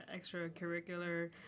extracurricular